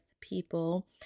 people